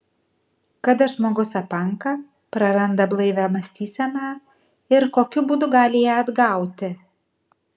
kada žmogus apanka praranda blaivią mąstyseną ir kokiu būdu gali ją atgauti